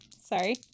Sorry